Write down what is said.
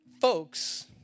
folks